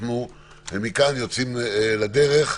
מכאן אנחנו יוצאים לדרך,